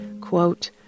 quote